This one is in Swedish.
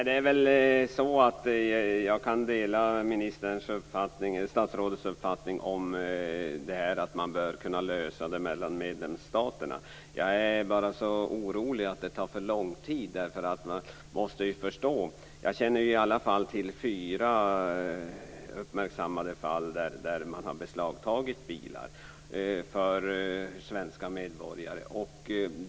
Fru talman! Jag kan dela statsrådets uppfattning att problemet bör kunna lösas mellan medlemsstaterna. Jag är bara orolig för att det skall ta för lång tid. Jag känner i alla fall till fyra uppmärksammade fall där bilar har beslagtagits för svenska medborgare.